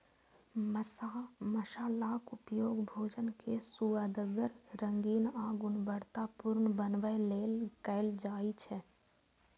मसालाक उपयोग भोजन कें सुअदगर, रंगीन आ गुणवतत्तापूर्ण बनबै लेल कैल जाइ छै